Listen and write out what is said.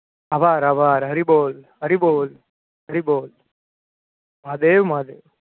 આભાર આભાર હરી બોલ હરી બોલ હરી બોલ મહાદેવ મહાદેવ